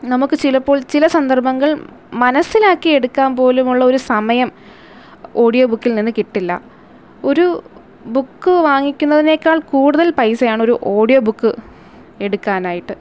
നമുക്ക് ചിലപ്പോൾ ചില സന്ദർഭങ്ങൾ മനസ്സിലാക്കിയെടുക്കാൻ പോലുമുള്ള ഒരു സമയം ഓഡിയോ ബുക്കിൽ നിന്ന് കിട്ടില്ല ഒരു ബുക്ക് വാങ്ങിക്കുന്നതിനെക്കാൾ കൂടുതൽ പൈസയാണ് ഒരു ഓഡിയോ ബുക്ക് എടുക്കാനായിട്ട്